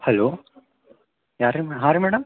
hello ಯಾರು ರೀ ಮೆ ಹಾಂ ರೀ ಮೇಡಮ್